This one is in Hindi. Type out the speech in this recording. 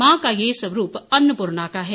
मां का ये स्वरूप अन्नपूर्णा का है